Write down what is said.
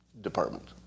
department